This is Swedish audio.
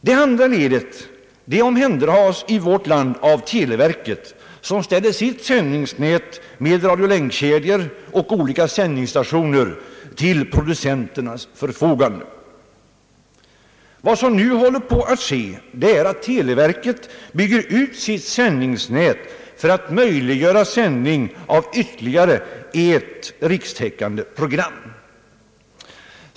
Det andra ledet omhänderhas i vårt land av televerket, som ställer sitt sändningsnät med radiolänkkedjor och olika sändningsstationer till producenternas förfogande. Vad som nu håller på att ske är att televerket bygger ut sitt sändningsnät för att möjliggöra sändning av ytterligare ett rikstäckande program.